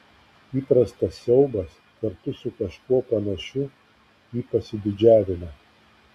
įprastas siaubas kartu su kažkuo panašiu į pasididžiavimą